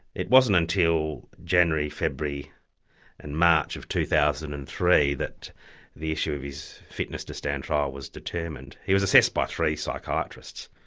it wasn't until january, february and march of two thousand and three that the issue of his fitness to stand trial was determined. he was assessed by three psychiatrists.